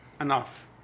Enough